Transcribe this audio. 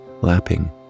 lapping